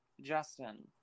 Justin